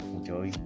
Enjoy